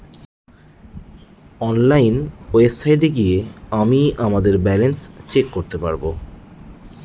online ওয়েবসাইটে গিয়ে আমিই আমাদের ব্যালান্স চেক করতে পারবো